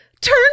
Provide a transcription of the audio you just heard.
Turn